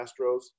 Astros